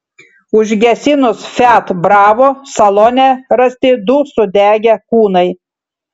užgesinus fiat bravo salone rasti du sudegę kūnai